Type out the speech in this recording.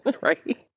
Right